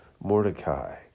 Mordecai